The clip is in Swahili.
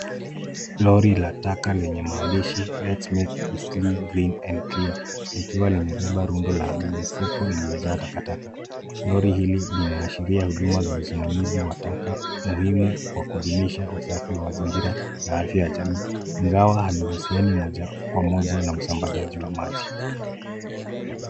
Lori la taka lenye maandishi, LET'S MAKE EASTLEIGH GREEN AND CLEAN ,likiwa limebeba rundo la mifuko iliyojaa takataka. Lori hili linaashiria huduma za usimamizi wa taka muhimu kwa kudumisha usafi wa mazingira na afya ya jamii. Ingawa halihusiani moja kwa moja na usambazaji wa maji.